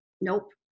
Nope